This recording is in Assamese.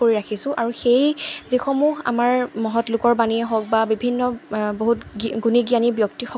কৰি ৰাখিছোঁ আৰু সেই যিসমূহ আমাৰ মহৎ লোকৰ বাণী হওক বা বিভিন্ন বহুত গুণী জ্ঞানী ব্যক্তি